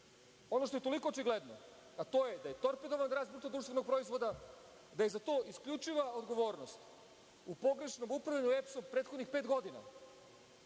ono što je toliko očigledno, a to je da je torpedovan rast BDP, da je za to isključiva odgovornost u pogrešnom upravljanju EPS-om u prethodnih pet godina,